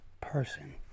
person